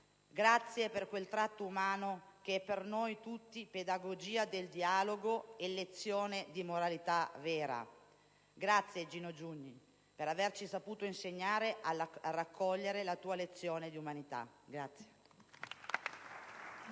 Grazie per quel tratto umano che è per noi tutti pedagogia del dialogo e lezione di moralità vera. Grazie, Gino Giugni, per averci saputo insegnare a raccogliere la tua lezione di umanità.